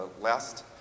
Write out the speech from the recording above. last